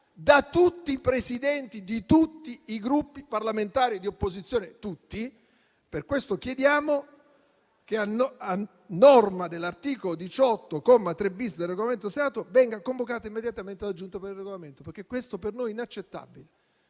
dai Presidenti di tutti i Gruppi parlamentari di opposizione. Per questo chiediamo che, a norma dell'articolo 18, comma 3-*bis*, del Regolamento del Senato venga convocata immediatamente la Giunta per il Regolamento, perché questo è per noi inaccettabile.